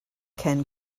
can